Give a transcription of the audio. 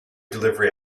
delivery